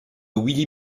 willy